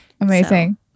amazing